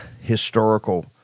historical